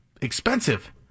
expensive